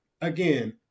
again